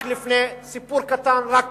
סיפור קטן: רק